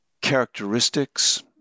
characteristics